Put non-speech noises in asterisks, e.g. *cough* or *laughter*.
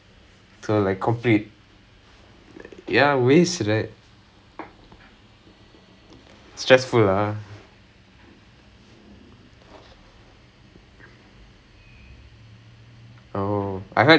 அழுது அழுது அவங்க:aluthu aluthu avanga tell her I wish the best eh business quite stressful sia *laughs* all the people I talk from business school they like constantly they're quite stressed so தெரியலே பாப்போம்:theriylae paarpoam